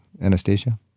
Anastasia